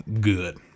good